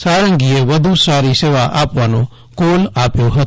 સારંગીએ વધુ સારી સેવા આપવાનો કોલ આપ્યો હતો